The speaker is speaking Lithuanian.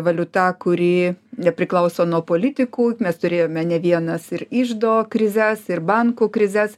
valiuta kuri nepriklauso nuo politikų mes turėjome ne vienas ir iždo krizes ir bankų krizes